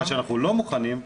מה שאנחנו לא מוכנים,